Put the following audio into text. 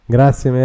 Grazie